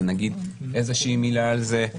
אבל נגיד איזושהי מילה על זה.